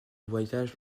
voyage